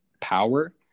power